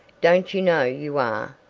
don't you know you are?